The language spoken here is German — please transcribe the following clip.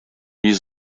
wie